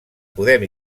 podem